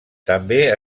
també